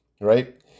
right